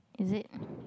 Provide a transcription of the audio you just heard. is it